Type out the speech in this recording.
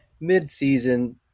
Mid-season